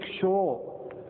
sure